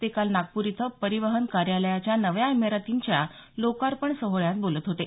ते काल नागपूर इथं परिवहन कार्यालयाच्या नव्या इमारतींच्या लोकार्पण सोहळ्यात बोलत होते